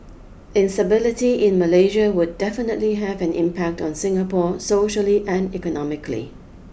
instability in Malaysia would definitely have an impact on Singapore socially and economically